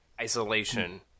Isolation